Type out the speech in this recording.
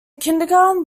kindergarten